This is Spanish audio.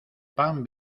pan